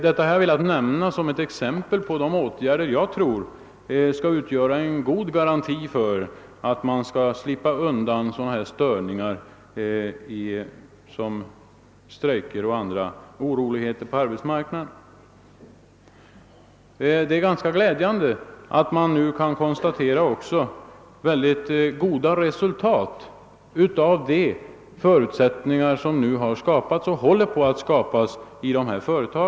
Detta har jag velat nämna som ett exempel på de åtgärder jag tror skulle vara en god garanti för att man skall slippa sådana störningar som strejker och andra oroligheter på arbetsmarknaden utgör. Det är också glädjande att kunna konstatera ganska goda resultat av de förutsättningar som nu skapats och håller på att skapas i dessa företag.